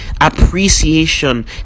appreciation